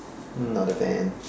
not a fan